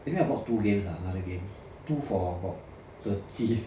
anyway I bought two games lah another game two for about thirty